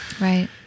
right